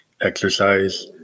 exercise